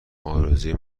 ارزوی